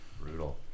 Brutal